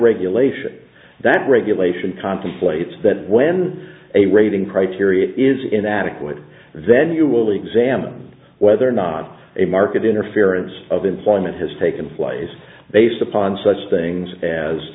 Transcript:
regulation that regulation contemplates that when a rating criteria is inadequate then you will examine whether or not a market interference of employment has taken place based upon such things as